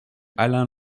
alain